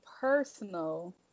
personal